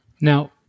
Now